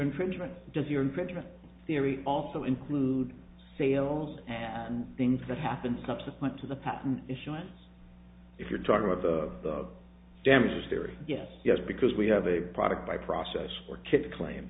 infringement does your infringement theory also include sales and things that happen subsequent to the patent is just if you're talking about the damage theory yes yes because we have a product by process for kids claim